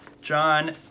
John